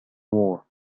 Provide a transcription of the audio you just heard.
war